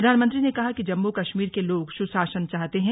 प्रधानमंत्री ने कहा कि जम्मू कश्मीर के लोग सुशासन चाहते हैं